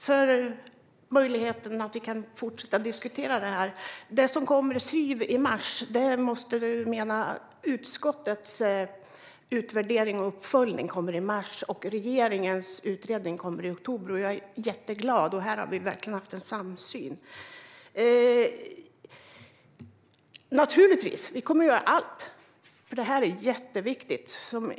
Herr talman! Jag tackar för möjligheten att fortsätta diskutera det här. Utskottets utvärdering och uppföljning av SYV kommer i mars, och regeringens utredning kommer i oktober. Här har vi verkligen haft en samsyn. Det här är jätteviktigt, så vi kommer naturligtvis att göra allt för att det ska fungera.